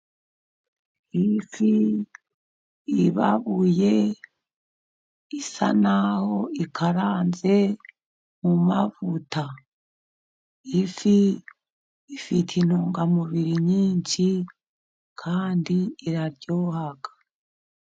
Ifi ibabuye isa n'aho ikaranze mu mavuta , Ifi ifite intungamubiri nyinshi kandi iraryoha.